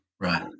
Right